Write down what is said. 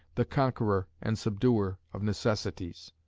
the conqueror and subduer of necessities.